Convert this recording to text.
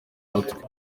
umutwe